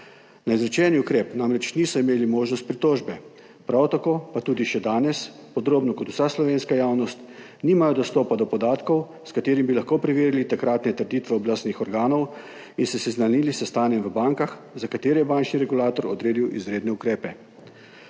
Na izrečeni ukrep namreč niso imeli možnosti pritožbe, prav tako pa še danes, podobno kot vsa slovenska javnost, nimajo dostopa do podatkov, s katerimi bi lahko preverili takratne trditve oblastnih organov in se seznanili s stanjem v bankah, za katere je bančni regulator odredil izredne ukrepe.